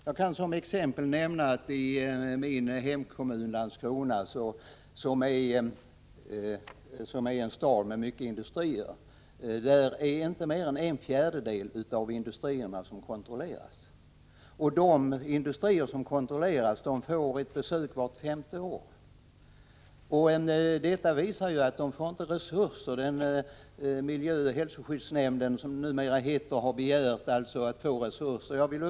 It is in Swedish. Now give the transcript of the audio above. Jag kan som exempel nämna att i min hemkommun Landskrona, som är en stad med många industrier, kontrolleras bara en fjärdedel av industrierna, och de som kontrolleras får ett besök vart femte år. Det visar ju att det inte finns resurser. Miljöoch hälsoskyddsnämnden, som det numera heter, har begärt att få resurser.